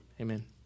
amen